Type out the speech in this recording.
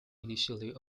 initially